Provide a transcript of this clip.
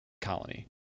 colony